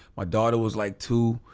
my daughter was like two.